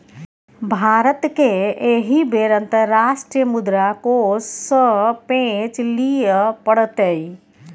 भारतकेँ एहि बेर अंतर्राष्ट्रीय मुद्रा कोष सँ पैंच लिअ पड़तै